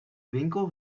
winkel